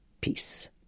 Peace